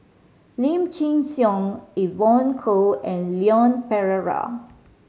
Lim Chin Siong Evon Kow and Leon Perera